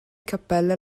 cappelle